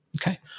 Okay